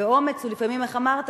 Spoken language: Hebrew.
ואומץ הוא לפעמים, איך אמרת?